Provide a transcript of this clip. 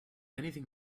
anything